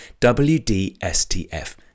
WDSTF